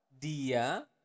dia